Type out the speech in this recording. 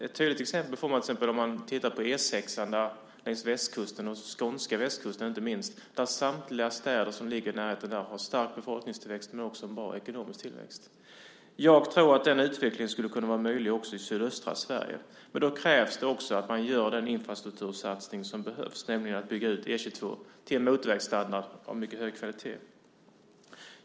Ett tydligt exempel får man om man tittar på E 6:an, längs västkusten och inte minst skånska västkusten, där samtliga städer i närheten där har stark befolkningstillväxt men också en bra ekonomisk tillväxt. Jag tror att den utvecklingen skulle kunna vara möjlig också i sydöstra Sverige, men då krävs det att man gör den infrastruktursatsning som behövs, nämligen bygga ut E 22 till motorvägsstandard av mycket hög kvalitet.